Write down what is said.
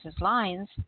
lines